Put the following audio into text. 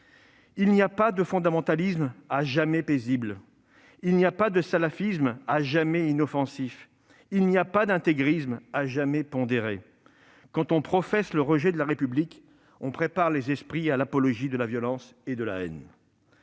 Il n'y a pas de fondamentalisme à jamais paisible ; il n'y a pas de salafisme à jamais inoffensif ; il n'y a pas d'intégrisme à jamais pondéré. Quand on professe le rejet de la République, on prépare les esprits à l'apologie de la violence et la haine.